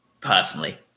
personally